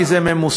כי זה ממוסה.